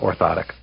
orthotic